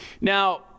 Now